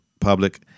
public